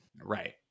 right